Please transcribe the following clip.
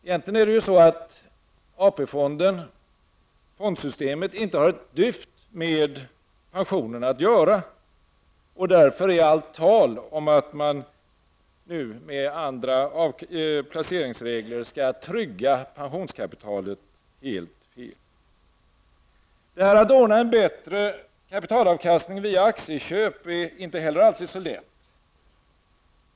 Egentligen har AP-fonden och fondsystemet inte ett dyft med pensionerna att göra, och därför är allt tal om att man nu med andra placeringsregler skall ''trygga pensionskapitalet'' helt fel. Att ordna en bättre kapitalavkastning via aktieköp är inte heller alltid så lätt.